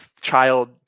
child